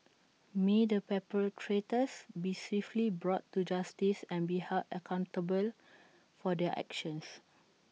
may the perpetrators be swiftly brought to justice and be held accountable for their actions